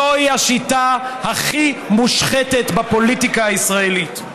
זו השיטה הכי מושחתת בפוליטיקה הישראלית.